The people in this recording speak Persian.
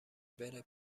بره